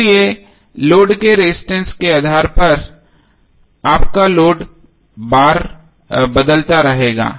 इसलिए लोड के रजिस्टेंस के आधार पर आपका लोड बदलता रहेगा